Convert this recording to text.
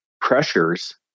pressures